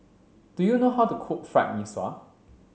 do you know how to cook Fried Mee Sua